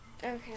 Okay